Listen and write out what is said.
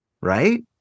right